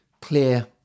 clear